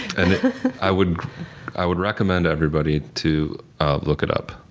and i would i would recommend everybody to look it up.